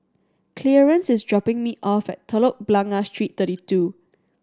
Clearence is dropping me off at Telok Blangah Street Thirty Two